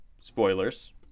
spoilers